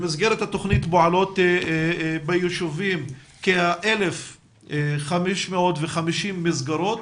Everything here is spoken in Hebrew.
במסגרת התוכנית פועלות ביישובים כ-1,550 מסגרות,